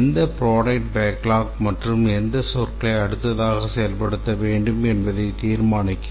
எந்த product backlog மற்றும் எந்த சொற்களை அடுத்ததாக செயல்படுத்த வேண்டும் என்பதை தீர்மானிக்க